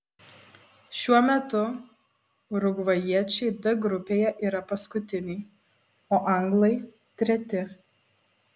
šiuo metu urugvajiečiai d grupėje yra paskutiniai o anglai treti